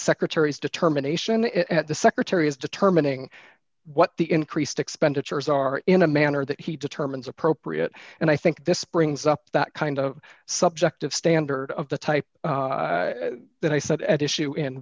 secretary's determination at the secretary is determining what the increased expenditures are in a manner that he determines appropriate and i think this brings up that kind of subjective standard of the type that i said at issue in